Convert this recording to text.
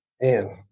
Man